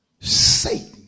Satan